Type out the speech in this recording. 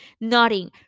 nodding